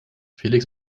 felix